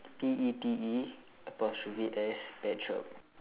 P E T E apostrophe S pet shop